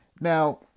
Now